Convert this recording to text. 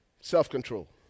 Self-control